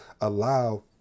allow